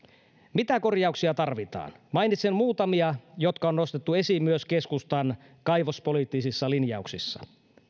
mitä korjauksia tarvitaan mainitsen muutamia jotka on nostettu esiin myös keskustan kaivospoliittisissa linjauksissa